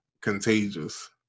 contagious